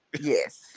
Yes